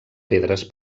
pedres